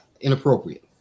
inappropriate